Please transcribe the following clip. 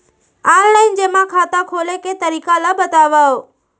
Online जेमा खाता खोले के तरीका ल बतावव?